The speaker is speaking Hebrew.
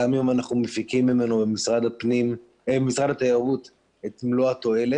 גם אם משרד התיירות מפיק ממנו את מלוא התועלת.